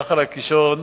נחל הקישון,